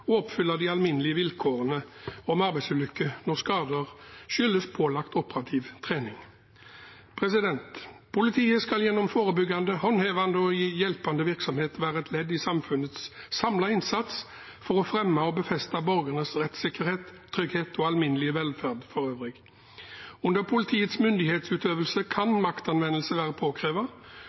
oppfylle de alminnelige vilkårene om arbeidsulykke når skader skyldes pålagt operativ trening. Politiet skal gjennom forebyggende, håndhevende og hjelpende virksomhet være et ledd i samfunnets samlede innsats for å fremme og befeste borgernes rettssikkerhet, trygghet og alminnelige velferd for øvrig. Under politiets myndighetsutøvelse kan maktanvendelse være